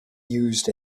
used